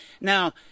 Now